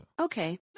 Okay